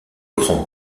grand